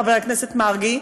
חבר הכנסת מרגי,